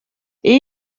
iyo